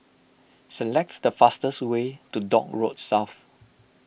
select the fastest way to Dock Road South